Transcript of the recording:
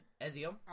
Ezio